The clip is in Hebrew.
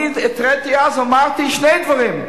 אני התריתי אז, אמרתי שני דברים: